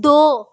दो